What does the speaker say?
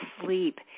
sleep